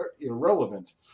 irrelevant